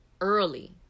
early